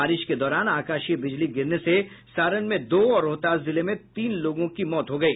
बारिश के दौरान आकाशीय बिजली गिरने से सारण में दो और रोहतास जिले में तीन लोगों की मौत हो गयी